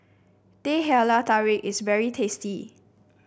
Teh Halia Tarik is very tasty